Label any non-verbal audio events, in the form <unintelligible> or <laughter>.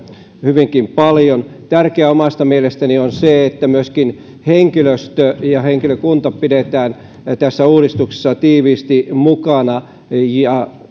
hyvinkin paljon tärkeää omasta mielestäni on se että myöskin henkilöstö ja henkilökunta pidetään tässä uudistuksessa tiiviisti mukana ja <unintelligible>